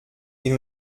nous